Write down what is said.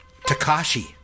Takashi